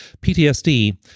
PTSD